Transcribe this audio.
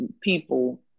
people